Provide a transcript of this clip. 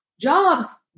jobs